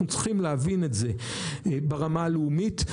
אנחנו צריכים להבין את זה ברמה הלאומית.